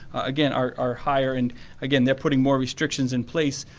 again, are are higher, and again, they are putting more restrictions in place.